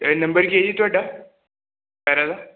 ਇਹ ਨੰਬਰ ਕੀ ਹੈ ਜੀ ਤੁਹਾਡਾ